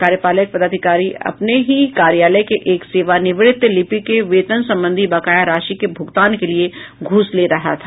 कार्यपालक पदाधिकारी अपने ही कार्यालय के एक सेवानिवृत्त लिपिक के वेतन संबंधी बकाया राशि के भुगतान के लिए घूस ले रहा था